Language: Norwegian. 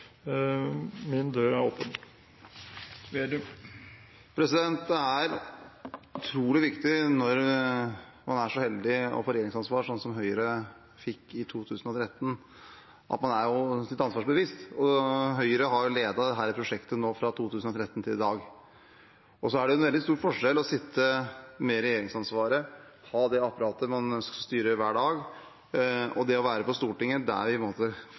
min dør er åpen. Det er utrolig viktig når man er så heldig å få regjeringsansvar, sånn som Høyre fikk i 2013, at man er seg sitt ansvar bevisst. Høyre har ledet dette prosjektet fra 2013 til i dag. Så er det en veldig stor forskjell på å sitte med regjeringsansvaret, ha det apparatet og styre hver dag, og det å være på Stortinget, der vi